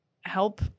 help